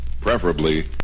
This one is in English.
preferably